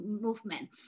movement